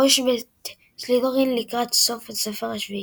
ראש בית סלית'רין לקראת סוף הספר השביעי.